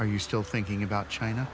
are you still thinking about china